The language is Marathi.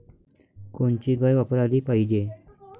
कोनची गाय वापराली पाहिजे?